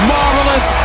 Marvelous